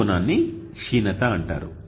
ఈ కోణాన్ని క్షీణత అంటారు